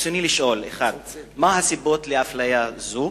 רצוני לשאול: 1. מה הן הסיבות לאפליה זו?